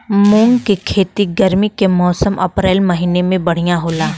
मुंग के खेती गर्मी के मौसम अप्रैल महीना में बढ़ियां होला?